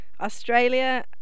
Australia